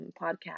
podcast